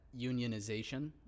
unionization